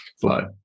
flow